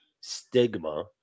stigma